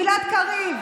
גלעד קריב,